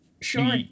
Sure